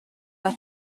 are